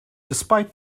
despite